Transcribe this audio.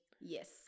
Yes